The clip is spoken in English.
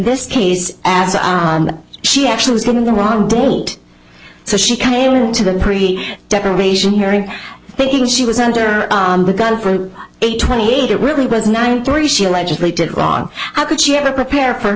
this case as i am she actually was in the wrong date so she came into the pretty decoration hearing thinking she was under the gun for a twenty eight it really was nine three she allegedly did on how could she ever prepare for